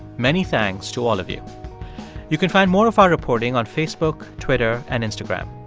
many thanks to all of you you can find more of our reporting on facebook, twitter and instagram.